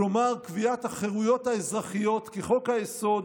כלומר קביעת החירויות האזרחיות כ'חוק-היסוד'